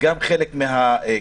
גם חלק מהקואליציה,